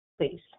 please